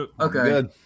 okay